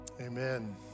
Amen